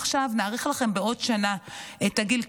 עכשיו נאריך לכם בעוד שנה את הגיל,